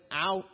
Out